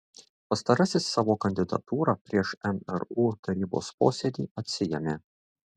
pastarasis savo kandidatūrą prieš mru tarybos posėdį atsiėmė